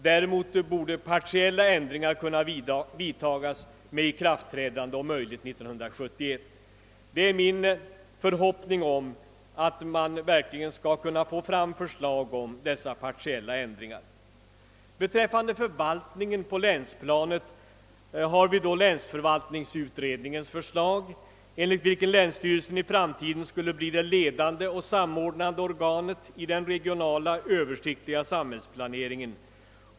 Däremot borde partiella ändringar kunna vidtagas med ikraftträdande om möjligt 1971. Det är min förhoppning att man verkligen skall kunna få fram förslag om dessa partiella ändringar. Beträffande förvaltningen på länsplanet = föreligger länsförvaltningsutredningens förslag enligt vilket länsstyrelsen i framtiden skulle bli det ledande och samordnande organet i den regionala översiktliga samhällsplaneringen.